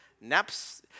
Naps